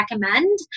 recommend